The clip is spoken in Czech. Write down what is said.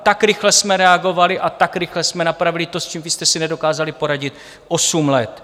Tak rychle jsme reagovali a tak rychle jsme napravili to, s čím vy jste si nedokázali poradit osm let.